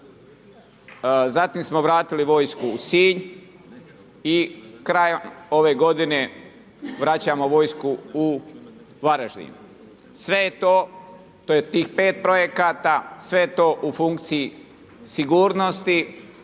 zatim smo vratili vojsku u Sinj i krajem ove g. vraćamo vojsku u Varaždin. Sve je to, to je tih 5 projekata, sve je to u funkciji sigurnosti,